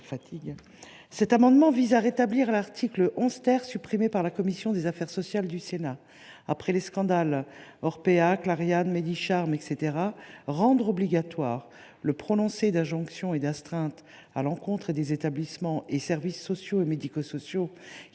Cet amendement vise à rétablir l’article 11 , supprimé par la commission des affaires sociales du Sénat. Après les scandales Orpea, Clariane ou Médicharme, rendre obligatoire le prononcé d’injonctions et d’astreintes à l’encontre des établissements et services sociaux et médico sociaux